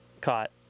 caught